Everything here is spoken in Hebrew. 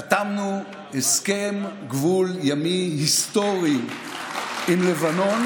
חתמנו על הסכם גבול ימי היסטורי עם לבנון